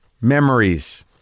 memories